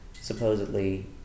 supposedly